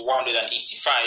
185